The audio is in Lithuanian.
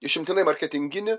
išimtinai marketinginį